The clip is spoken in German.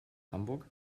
hamburg